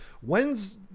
when's